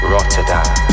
Rotterdam